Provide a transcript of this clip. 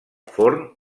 forn